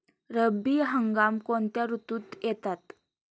रब्बी हंगाम कोणत्या ऋतूत येतात?